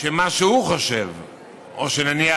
שמה שהוא חושב או, נניח,